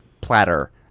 platter